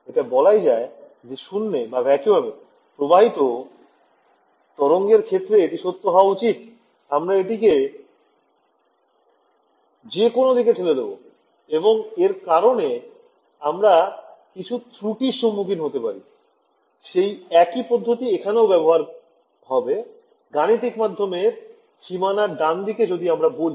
এটা বলাই যায় যে শুন্যে প্রবাহিত তরঙ্গের ক্ষেত্রে এটি সত্য হওয়া উচিত আমরা এটিকে যে কোনও দিকে ঠেলে দেব এবং এর কারণে আমরা কিছু ত্রুটির সম্মুখীন হতে পারি সেই একই পদ্ধতি এখানেও ব্যবহার হবে গাণিতিক মাধ্যমের সীমানার ডানদিকে যদি আমরা বলি